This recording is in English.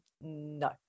no